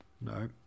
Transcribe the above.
No